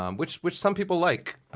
um which which some people like,